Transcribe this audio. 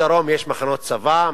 מדרום יש מחנות צבא,